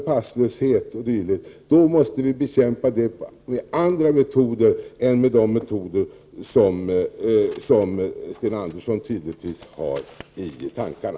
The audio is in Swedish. Passlöshet o.d. måste vi bekämpa med andra metoder än dem som Sten Andersson tydligen har i tankarna.